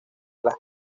las